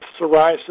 psoriasis